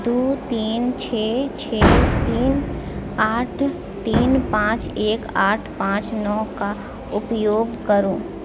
दू तीन छओ छओ तीन आठ तीन पाँच एक आठ पाँच नओ के उपयोग करू